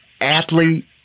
athlete